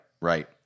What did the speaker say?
Right